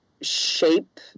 shape